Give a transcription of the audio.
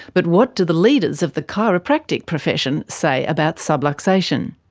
but what do the leaders of the chiropractic profession say about subluxation?